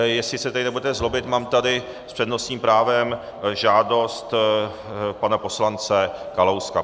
Jestli se tedy nebudete zlobit, mám tady s přednostním právem žádost pana poslance Kalouska.